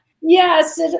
yes